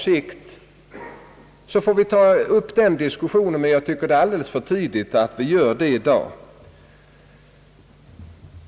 Sedan får vi ta upp den diskussionen; enligt min mening är det alldeles för tidigt att göra det i dag.